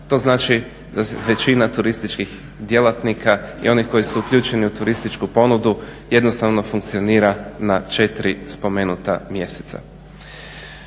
To znači da većina turističkih djelatnika i onih koji su uključeni u turističku ponudu jednostavno funkcionira na četiri spomenuta mjeseca.